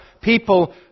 people